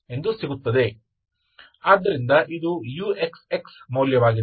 ಆದ್ದರಿಂದ ಇದು uxxಮೌಲ್ಯವಾಗಿದೆ